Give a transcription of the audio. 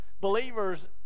believers